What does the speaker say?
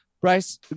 Bryce